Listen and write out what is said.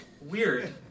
weird